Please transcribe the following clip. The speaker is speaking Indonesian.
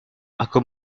aku